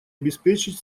обеспечить